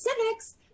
Civics